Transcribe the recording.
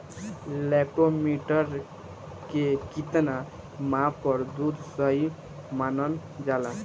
Lactometer के कितना माप पर दुध सही मानन जाला?